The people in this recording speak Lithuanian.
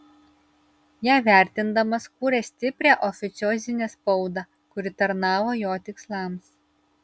ją vertindamas kūrė stiprią oficiozinę spaudą kuri tarnavo jo tikslams